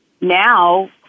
now